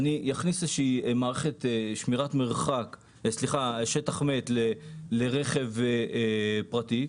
אכניס מערכת שטח מת לרכב פרטי,